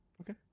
okay